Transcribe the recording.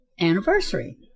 anniversary